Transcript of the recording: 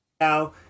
now